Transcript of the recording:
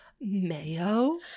Mayo